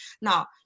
Now